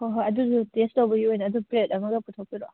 ꯍꯣꯏ ꯍꯣꯏ ꯑꯗꯨꯗꯣ ꯇꯦꯁ ꯇꯧꯕꯒꯤ ꯑꯣꯏꯅ ꯑꯗꯨ ꯄ꯭ꯂꯦꯠ ꯑꯃꯒ ꯄꯨꯊꯣꯛꯄꯤꯔꯣ